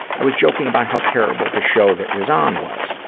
i was joking about how terrible the show that was on was.